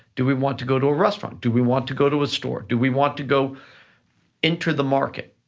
do we want to go to a restaurant? do we want to go to a store? do we want to go into the market?